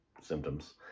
symptoms